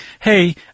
hey